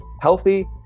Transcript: healthy